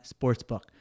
sportsbook